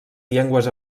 llengües